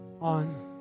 on